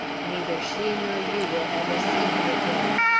neither she nor you will ever see me again.